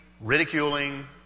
ridiculing